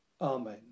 Amen